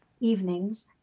evenings